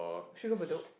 should we go Bedok